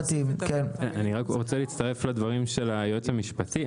אני רק רוצה להצטרף לדברים של היועץ המשפטי,